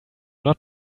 not